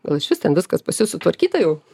gal išvis ten viskas pas jus sutvarkyta jau